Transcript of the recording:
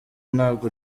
ntabwo